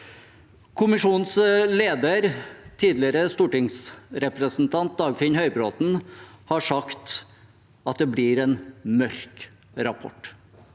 Kommisjonens leder, tidligere stortingsrepresentant Dagfinn Høybråten, har sagt at det blir en mørk rapport.